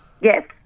yes